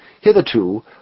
Hitherto